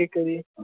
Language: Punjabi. ਠੀਕ ਹੈ ਜੀ